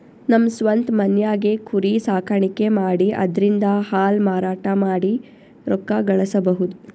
ನಮ್ ಸ್ವಂತ್ ಮನ್ಯಾಗೆ ಕುರಿ ಸಾಕಾಣಿಕೆ ಮಾಡಿ ಅದ್ರಿಂದಾ ಹಾಲ್ ಮಾರಾಟ ಮಾಡಿ ರೊಕ್ಕ ಗಳಸಬಹುದ್